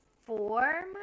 four